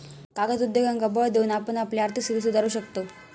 कागद उद्योगांका बळ देऊन आपण आपली आर्थिक स्थिती सुधारू शकताव